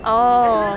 oh